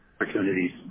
Opportunities